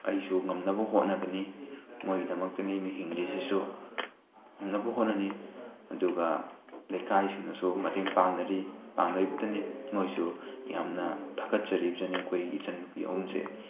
ꯑꯩꯁꯨ ꯉꯝꯅꯕ ꯍꯣꯠꯅꯒꯅꯤ ꯃꯣꯏꯒꯤꯗꯃꯛꯇꯅꯤ ꯑꯩꯅ ꯍꯤꯡꯂꯤꯁꯤꯁꯨ ꯉꯝꯅꯕ ꯍꯣꯠꯅꯅꯤ ꯑꯗꯨꯒ ꯂꯩꯀꯥꯏꯁꯤꯡꯅꯁꯨ ꯃꯇꯦꯡ ꯄꯥꯡꯅꯔꯤ ꯄꯥꯡꯅꯔꯤꯕꯇꯅꯤ ꯃꯣꯏꯁꯨ ꯌꯥꯝꯅ ꯊꯥꯒꯠꯆꯔꯤꯕꯖꯅꯤ ꯑꯩꯈꯣꯏꯒꯤ ꯏꯆꯟ ꯅꯨꯄꯤ ꯑꯍꯨꯝꯁꯦ